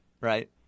right